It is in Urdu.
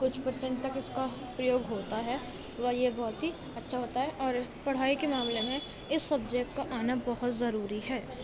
کچھ پرسینٹ تک اِس کا پریوگ ہوتا ہے وہ یہ بہت ہی اچھا ہوتا ہے اور پڑھائی کے معاملے اِس سبجیکٹ کا آنا بہت ضروری ہے